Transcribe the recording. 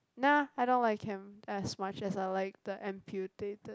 nah I don't like him as much as I like the amputated